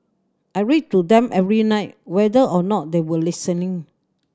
I read to them every night whether or not they were listening